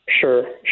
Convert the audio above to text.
Sure